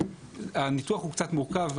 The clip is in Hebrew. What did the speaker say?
הניתוח הוא קצת מורכב.